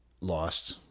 lost